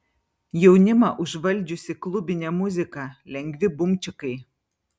jaunimą užvaldžiusi klubinė muzika lengvi bumčikai